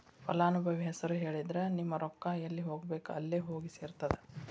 ಫಲಾನುಭವಿ ಹೆಸರು ಹೇಳಿದ್ರ ನಿಮ್ಮ ರೊಕ್ಕಾ ಎಲ್ಲಿ ಹೋಗಬೇಕ್ ಅಲ್ಲೆ ಹೋಗಿ ಸೆರ್ತದ